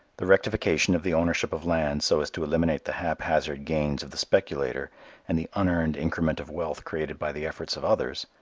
the rectification of the ownership of land so as to eliminate the haphazard gains of the speculator and the unearned increment of wealth created by the efforts of others,